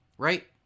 Right